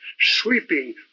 sweeping